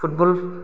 football